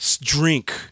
drink